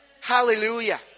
Hallelujah